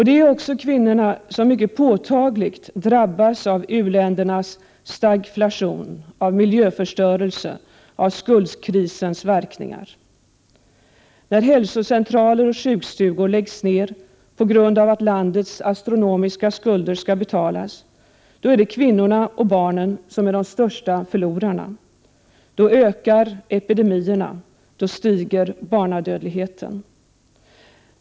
Det är också kvinnorna som mycket påtagligt drabbas av u-ländernas stagflation, av miljöförstörelse och av skuldkrisens verkningar. När hälsocentraler och sjukstugor läggs ner på grund av att landets astronomiska skulder skall betalas, är det kvinnorna och barnen som är de största förlorarna. Då ökar epidemierna och barnadödligheten stiger.